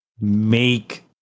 Make